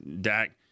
Dak